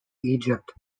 egypt